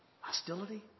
Hostility